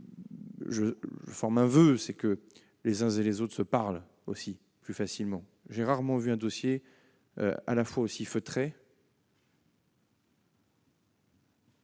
je forme un voeu, celui que les uns et les autres se parlent plus facilement. J'ai rarement vu un dossier à la fois aussi feutré